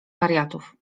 wariatów